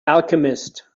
alchemist